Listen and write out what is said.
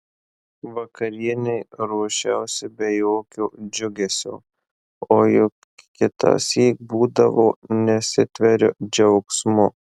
vakarienei ruošiausi be jokio džiugesio o juk kitąsyk būdavo nesitveriu džiaugsmu